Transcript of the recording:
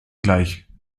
gleich